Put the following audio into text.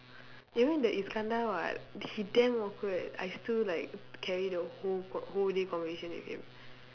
even the iskandar [what] he damn awkward I still like carry the whole con~ whole day conversation with him